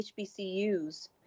HBCUs